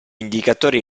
indicatori